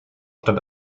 stand